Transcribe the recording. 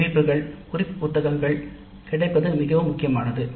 குறிப்புகள் குறிப்பு புத்தகங்கள் கிடைப்பது மிகவும் முக்கியமானது